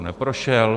Neprošel.